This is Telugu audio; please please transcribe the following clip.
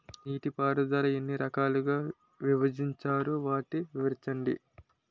నీటిపారుదల ఎన్ని రకాలుగా విభజించారు? వాటి వివరించండి?